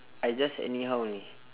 I just anyhow only